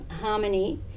harmony